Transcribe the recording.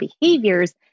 behaviors